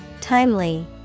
Timely